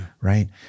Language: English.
right